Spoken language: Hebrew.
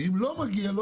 ואם לא מגיע לו,